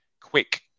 quick